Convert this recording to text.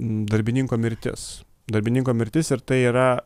darbininko mirtis darbininko mirtis ir tai yra